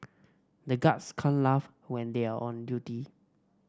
the guards can't laugh when they are on duty